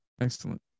Excellent